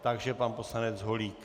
Takže pan poslanec Holík.